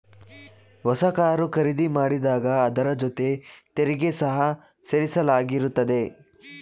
ಹೊಸ ಕಾರು ಖರೀದಿ ಮಾಡಿದಾಗ ಅದರ ಜೊತೆ ತೆರಿಗೆ ಸಹ ಸೇರಿಸಲಾಗಿರುತ್ತದೆ